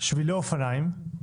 שבילי אופניים,